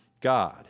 God